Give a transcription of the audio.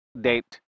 Date